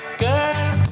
girl